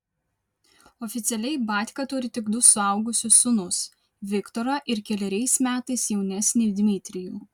oficialiai batka turi tik du suaugusius sūnus viktorą ir keleriais metais jaunesnį dmitrijų